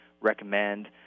recommend